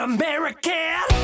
American